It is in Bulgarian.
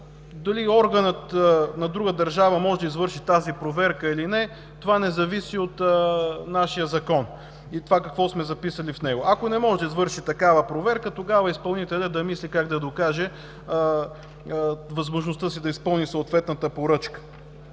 дали органът на друга държава може да извърши тази проверка или не. Това не зависи от нашия Закон и какво сме записали в него. Ако не може да извърши такава проверка, тогава изпълнителят да мисли как да докаже възможността си да изпълни съответната поръчка.